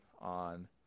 on